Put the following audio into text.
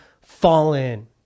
fallen